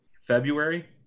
february